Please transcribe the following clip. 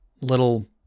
little